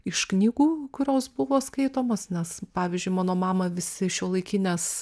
iš knygų kurios buvo skaitomos nes pavyzdžiui mano mamą visi šiuolaikinės